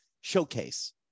showcase